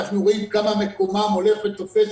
רואים כמה מקומם הולך ותופס